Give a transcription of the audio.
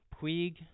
Puig